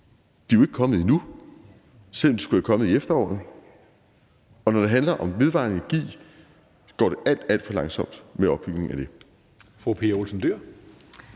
de er ikke kommet endnu, selv om de skulle være kommet i efteråret, og når det handler om den vedvarende energi, går det alt, alt for langsomt med opbygningen af det.